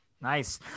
Nice